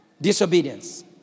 disobedience